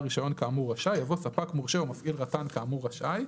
רישיון כאמור רשאי" יבוא "ספק מורשה או מפעיל רט"ן כאמור רשאי"."